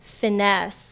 finesse